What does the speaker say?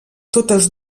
totes